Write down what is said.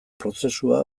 prozesua